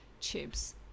chips